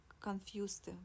confused